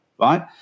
right